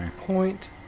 point